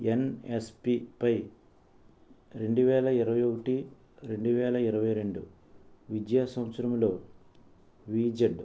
ఎన్ఎస్పిపై రెండు వేల ఇరవై ఒకటి రెండు వేల ఇరవై రెండు విద్యా సంవత్సరంలో వీజెడ్